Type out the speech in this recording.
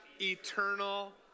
eternal